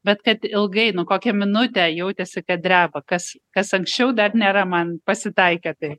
bet kad ilgai nu kokią minutę jautėsi kad dreba kas kas anksčiau dar nėra man pasitaikę tai